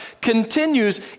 continues